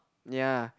ya